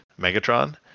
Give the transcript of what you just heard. Megatron